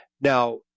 Now